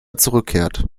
zurückkehrt